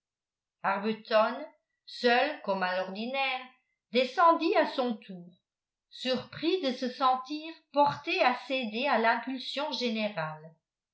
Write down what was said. arbuton seul comme à l'ordinaire descendit à son tour surpris de se sentir porté à céder à l'impulsion générale